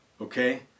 okay